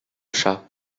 chat